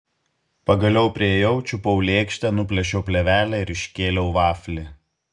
pagaliau priėjau čiupau lėkštę nuplėšiau plėvelę ir iškėliau vaflį